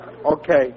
Okay